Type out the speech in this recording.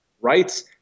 rights